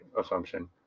assumption